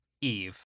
Eve